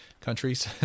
countries